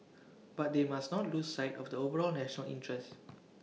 but they must not lose sight of the overall national interest